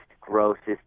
grossest